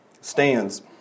stands